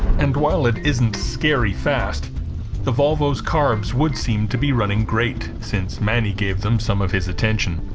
and while it isn't scary fast the volvo's carbs would seem to be running great since manny gave them some of his attention